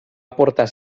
aportar